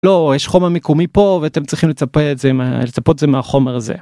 לא יש חומר מיקומי פה ואתם צריכים לצפות את זה מהחומר הזה.